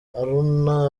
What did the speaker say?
haruna